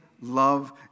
love